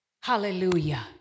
Hallelujah